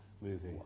movie